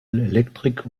electric